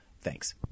thanks